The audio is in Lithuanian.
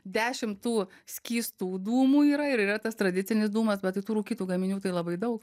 dešim tų skystų dūmų yra ir yra tas tradicinis dūmas bet tai tų rūkytų gaminių tai labai daug